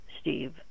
steve